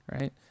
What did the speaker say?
Right